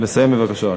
תסיים בבקשה.